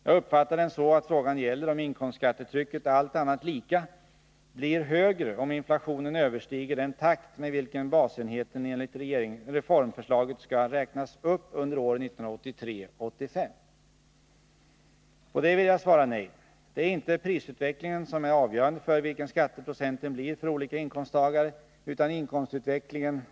Jag uppfattar frågan så, att den gäller om inkomstskattetrycket, allt annat lika, blir högre om inflationen överstiger den takt med vilken basenheten enligt reformförslaget skall räknas upp under åren 1983-1985. På det vill jag svara nej. Det är inte prisutvecklingen som är avgörande för vilken skatteprocenten blir för olika inkomsttagare, utan inkomstutvecklingen.